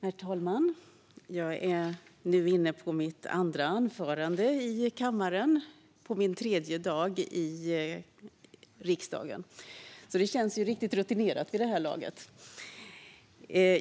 Herr talman! Jag är nu inne på mitt andra anförande i kammaren på min tredje dag i riksdagen, så jag känner mig riktigt rutinerad vid det här laget!